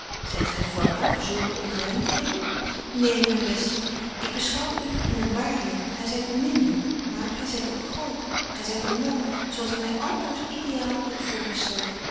zyt gy vatbaar voor zulke ongerymtheden neen myn beste ik beschouw u in een waar licht gy zyt beminlyk maar gy zyt ook groot gy zyt een man zo als ik my altoos ideaal heb voorgestelt